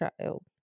child